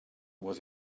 was